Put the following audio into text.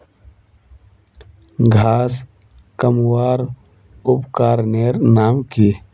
घांस कमवार उपकरनेर नाम की?